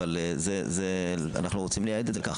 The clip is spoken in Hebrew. אבל אנחנו רוצים לייעד את זה לכך.